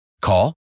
Call